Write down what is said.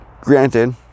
Granted